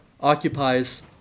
occupies